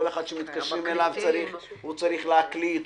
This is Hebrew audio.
כל אחד שמתקשרים אליו, הוא צריך להקליט אותו.